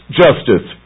justice